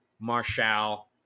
Marshall